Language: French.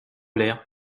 l’air